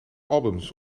albums